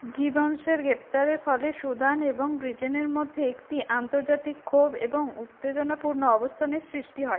গিবন্সের গ্রেপ্তারের ফলে সুদান এবং ব্রিটেনের মধ্যে একটি আন্তর্জাতিক ক্ষোভ এবং উত্তেজনাপূর্ণ অবস্থানের সৃষ্টি হয়